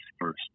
first